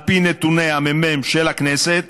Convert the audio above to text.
על פי נתוני הממ"מ של הכנסת,